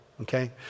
Okay